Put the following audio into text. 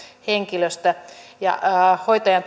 henkilöstä ja hoitaja